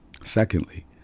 Secondly